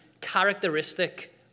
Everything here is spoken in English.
characteristic